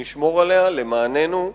נשמור עליה למעננו,